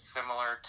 Similar